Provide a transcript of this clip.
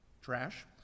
trash